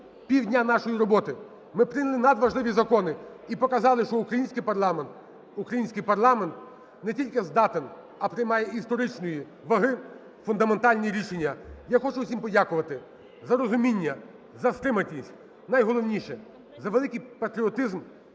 півдня нашої роботи. Ми прийняли надважливі закони і показали, що український парламент, український парламент не тільки здатен, а й приймає історичної ваги фундаментальні рішення. Я хочу усім подякувати за розуміння, за стриманість, найголовніше – за великий патріотизм